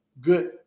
good